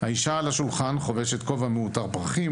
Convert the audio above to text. האישה על השולחן כובשת כובע מעוטר פרחים,